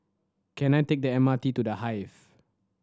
can I take the M R T to The Hive